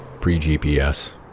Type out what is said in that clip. pre-GPS